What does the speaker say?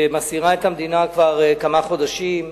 שמסעירה את המדינה כבר כמה חודשים,